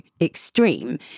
extreme